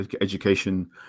education